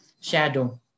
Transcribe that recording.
shadow